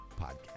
podcast